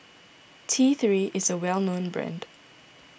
T three is a well known brand